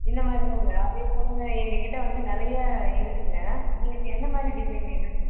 இந்தமாதிரி தாங்க அதேப்போல் எங்கக்கிட்ட வந்து நிறையா இருக்குதுங்க உங்களுக்கு எந்த மாதிரி டிசைன் வேணும்னு சொல்லுங்கள்